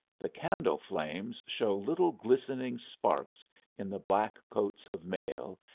the candle flames show little glistening sparks in the black coats of mail,